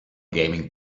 gaming